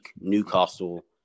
Newcastle